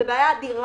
זו בעיה אדירה.